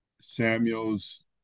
Samuel's